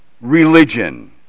religion